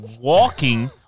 walking